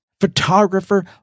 photographer